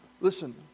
listen